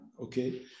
okay